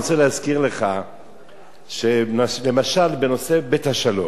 אני רוצה להזכיר לך שלמשל בנושא "בית השלום",